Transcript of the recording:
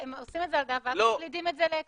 הם עושים את זה על דף ואז מקלידים את זה לאקסל.